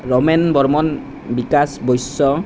Ramen Barman Bikash Baishya